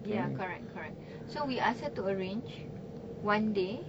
ya correct correct so we ask her to arrange one day